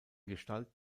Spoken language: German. gestalt